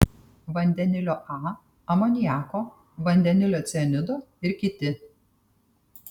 vandenilio a amoniako vandenilio cianido ir kiti